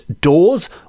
doors